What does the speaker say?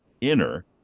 inner